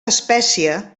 espècie